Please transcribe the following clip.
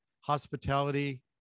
Hospitality